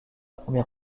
première